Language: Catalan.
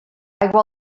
aigua